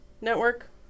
Network